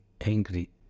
angry